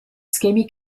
schemi